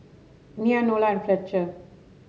Nya Nola and Fletcher